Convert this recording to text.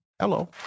Hello